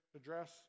address